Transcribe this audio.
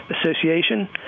Association